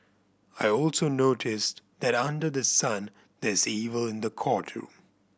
I also noticed that under the sun there is evil in the courtroom